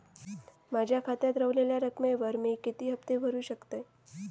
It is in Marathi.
माझ्या खात्यात रव्हलेल्या रकमेवर मी किती हफ्ते भरू शकतय?